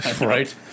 right